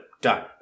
done